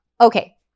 Okay